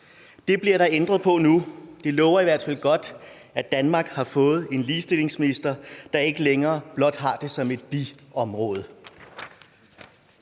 Det bliver der ændret på nu. Det lover i hvert fald godt, at Danmark har fået en ligestillingsminister, der ikke længere blot har det som et biområde.